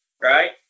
right